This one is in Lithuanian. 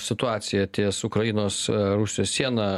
situacija ties ukrainos rusijos siena